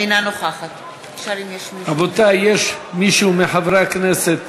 אינה נוכחת רבותי, יש מישהו מחברי הכנסת